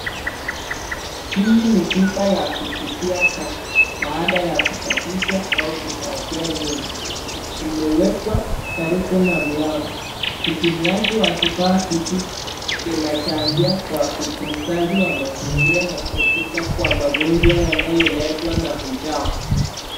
Hii ni pipa ya kutupi taka baada ya kusafisha au kufakia nyumba imewekwa karibu na mlango utumiaji vivaa hiki inajakia kwaudunsaji wa mazigira na kuepukwakwa magonjwa yanayo letwa uchafu.